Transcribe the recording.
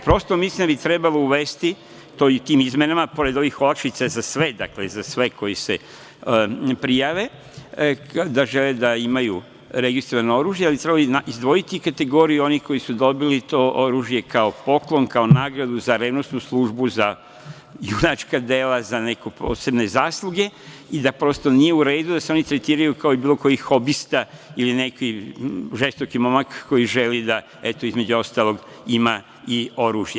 Prosto mislim da bi trebalo uvesti tim izmenama pored ovih olakšica za sve, dakle za sve koji se prijave da žele da imaju registrovano oružje, ali treba izdvojiti kategoriju onih koji su dobili to oružje kao poklon, kao nagradu za revnosnu službu za junačka dela, za neke posebne zasluge i da prosto nije u redu da se oni tretiraju kao i bilo koji hobista ili neki žestoki momak koji želi da između ostalog ima i oružje.